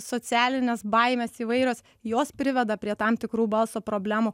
socialinės baimės įvairios jos priveda prie tam tikrų balso problemų